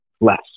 less